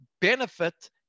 benefit